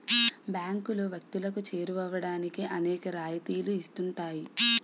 బ్యాంకులు వ్యక్తులకు చేరువవడానికి అనేక రాయితీలు ఇస్తుంటాయి